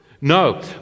No